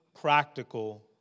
practical